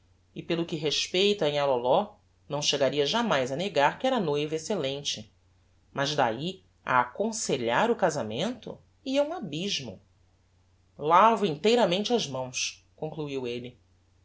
e pelo que respeita a nhã loló não chegaria jámais a negar que era noiva excellente mas dahi a aconselhar o casamento ia um abysmo lavo inteiramente as mãos concluiu elle